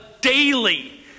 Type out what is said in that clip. daily